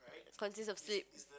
consist of sleep